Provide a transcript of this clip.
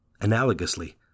Analogously